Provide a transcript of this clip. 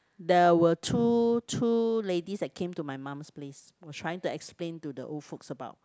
there were two two ladies that came to my mum's place was trying to explain to the old folks about